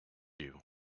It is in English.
you